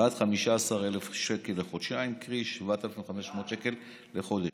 ועד 15,000 שקל לחודשיים, קרי 7,500 לחודש.